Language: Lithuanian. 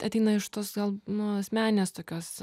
ateina iš tos gal nu asmeninės tokios